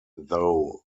though